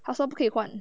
她说不可以换